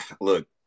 look